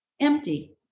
empty